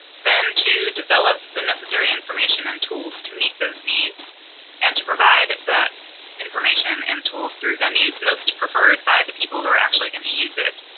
then to develop the necessary information and tools to meet those needs and to provide that information and tools through venues most preferred by the people who are actually going to use it,